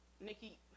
Nikki